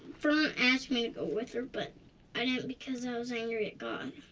fern asked me to go with her but i didn't because i was angry at god.